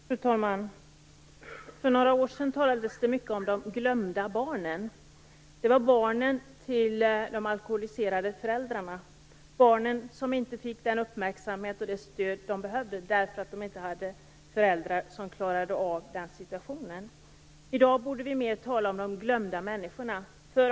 Fru talman! För några år sedan talades det mycket om de glömda barnen. Det var barn till alkoholiserade föräldrar som inte fick den uppmärksamhet och det stöd som de behövde därför att de inte hade föräldrar som klarade av situationen. I dag borde vi mer tala om de glömda människorna.